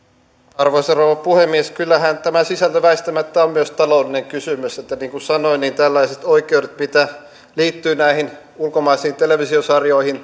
arvoisa rouva puhemies kyllähän tämä sisältö väistämättä on myös taloudellinen kysymys niin kuin sanoin tällaisilla oikeuksilla mitä liittyy näihin ulkomaisiin televisiosarjoihin